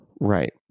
Right